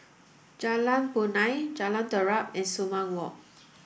Jalan Punai Jalan Terap and Sumang Walk